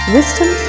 Wisdom